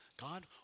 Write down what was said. God